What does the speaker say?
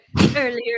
earlier